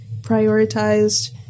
prioritized